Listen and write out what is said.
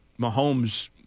Mahomes